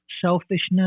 selfishness